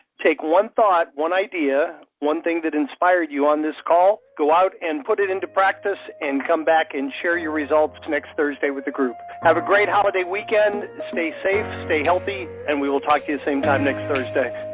take one thought one idea, one thing that inspired you on this call, go out and put it into practice and come back and share your results next thursday with the group. have a great holiday weekend. stay safe, stay healthy, and we will talk to you same time next thursday.